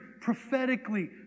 prophetically